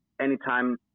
anytime